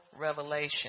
revelation